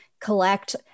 collect